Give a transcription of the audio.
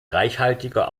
reichhaltiger